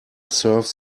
serve